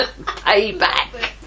Payback